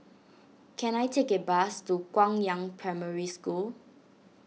can I take a bus to Guangyang Primary School